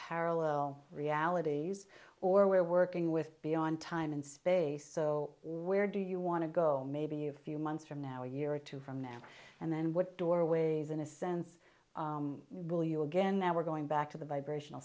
parallel realities or we're working with beyond time and space so where do you want to go maybe a few months from now a year or two from now and then what doorways in a sense will you again that we're going back to the vibration